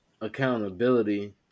accountability